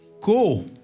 go